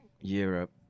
europe